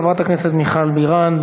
חברת הכנסת מיכל בירן,